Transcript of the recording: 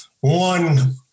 one